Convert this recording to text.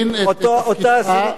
אותה עשירית אחוז,